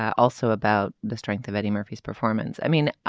also about the strength of eddie murphy's performance i mean